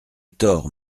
tort